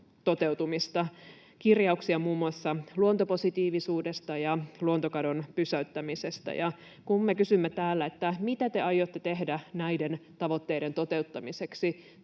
toteutumista, kirjauksia muun muassa luontopositiivisuudesta ja luontokadon pysäyttämisestä. Kun me kysymme täällä, mitä te aiotte tehdä näiden tavoitteiden toteuttamiseksi,